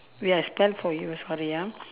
wait I spell for you sorry ah